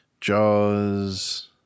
Jaws